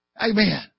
Amen